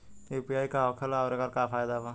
UPI का होखेला आउर एकर का फायदा बा?